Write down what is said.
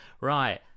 right